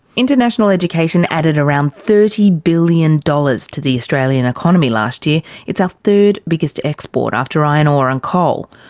international education added around thirty billion dollars to the australian economy last year. it's our third biggest export after iron ore and coal.